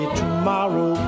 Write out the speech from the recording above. tomorrow